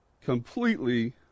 completely